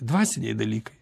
dvasiniai dalykai